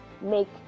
make